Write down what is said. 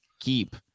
keep